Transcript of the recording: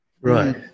Right